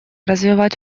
развивать